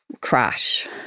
crash